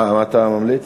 מה אתה ממליץ?